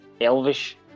Elvish